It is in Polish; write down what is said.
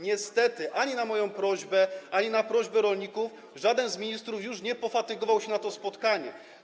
Niestety ani na moją prośbę, ani na prośbę rolników żaden z ministrów już nie pofatygował się na to spotkanie.